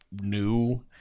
new